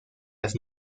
las